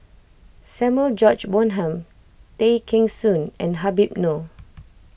Samuel George Bonham Tay Kheng Soon and Habib Noh